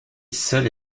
seule